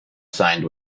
signed